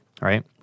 right